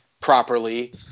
properly